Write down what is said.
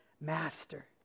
master